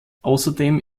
außerdem